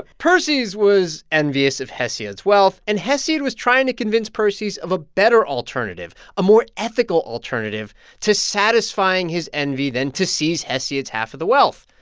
perses was envious of hesiod's wealth, and hesiod was trying to convince perses of a better alternative, a more ethical alternative to satisfying his envy than to seize hesiod's half of the wealth.